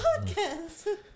podcast